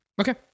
Okay